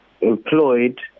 employed